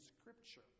Scripture